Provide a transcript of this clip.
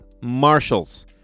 Marshall's